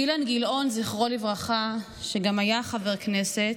אילן גילאון, זכרו לברכה, שגם היה חבר כנסת,